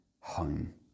home